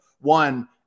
one